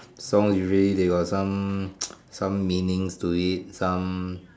songs is really they got some meanings to it some